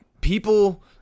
people